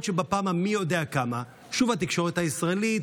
שבפעם המי-יודע-כמה שוב התקשורת הישראלית,